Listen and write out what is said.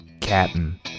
Captain